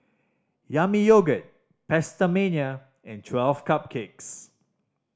Yami Yogurt PastaMania and Twelve Cupcakes